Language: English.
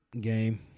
game